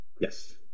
yes